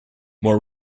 more